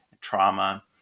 trauma